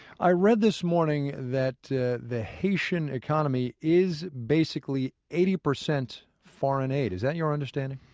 i read this morning that the the haitian economy is basically eighty percent foreign aid. is that your understanding?